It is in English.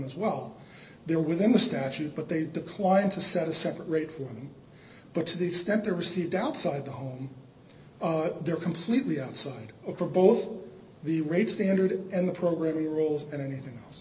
as well they're within the statute but they declined to set a separate form but to the extent they're received outside the home they're completely outside over both the rate standard and the programming rules and anything